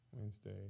Wednesday